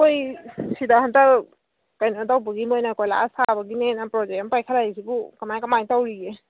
ꯍꯣꯏ ꯁꯤꯗ ꯍꯟꯇꯛ ꯀꯩꯅꯣ ꯇꯧꯕꯒꯤ ꯃꯈꯣꯏꯅ ꯀꯣꯏꯂꯥꯁ ꯊꯥꯕꯒꯤꯅꯦꯅ ꯄ꯭ꯔꯣꯖꯦꯛ ꯑꯃ ꯄꯥꯏꯈꯠꯂꯛꯏꯁꯤꯕꯨ ꯀꯃꯥꯏ ꯀꯃꯥꯏ ꯇꯧꯔꯤꯒꯦ